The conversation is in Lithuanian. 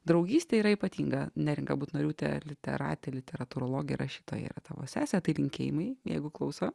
draugystė yra ypatinga neringa butnoriūtė literatė literatūrologė rašytoja yra tavo sesė tai linkėjimai jeigu klauso